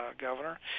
governor